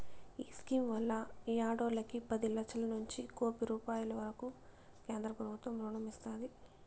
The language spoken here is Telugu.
ఈ స్కీమ్ వల్ల ఈ ఆడోల్లకి పది లచ్చలనుంచి కోపి రూపాయిల వరకూ కేంద్రబుత్వం రుణం ఇస్తాది